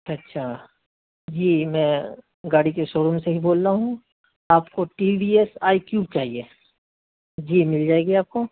اچھا جی میں گاڑی کے شو روم سے ہی بول رہا ہوں آپ کو T V S iQube چاہیے جی مل جائے گی آپ کو